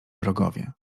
wrogowie